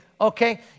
okay